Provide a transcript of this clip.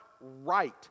right